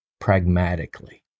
pragmatically